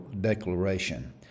declaration